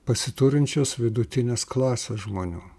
pasiturinčios vidutinės klasės žmonių